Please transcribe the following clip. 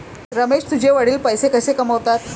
रमेश तुझे वडील पैसे कसे कमावतात?